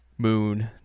Moon